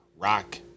Rock